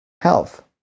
health